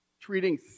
treating